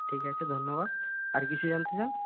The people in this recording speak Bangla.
ঠিক আছে ধন্যবাদ আর কিছু জানতে চান